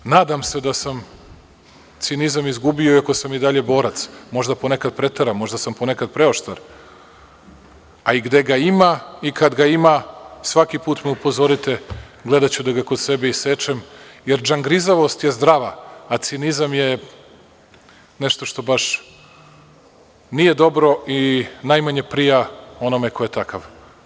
Nadam se da sam cinizam izgubio, iako sam i dalje borac, možda ponekad preteram, možda sam ponekad preoštar, a i gde ga ima i kad ga ima, svaki put me upozorite, gledaću da ga kod sebe isečem, jer džangrizavost je zdrava, a cinizam je nešto što baš nije dobro i najmanje prija onome ko je takav.